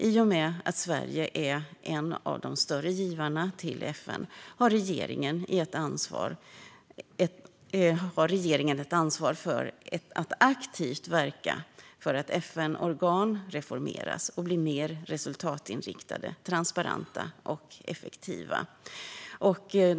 I och med att Sverige är en av de större givarna till FN har regeringen ett ansvar för att aktivt verka för att FN-organ reformeras och blir mer resultatinriktade, transparenta och effektiva.